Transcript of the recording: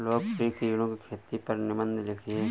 लोकप्रिय कीड़ों की खेती पर निबंध लिखिए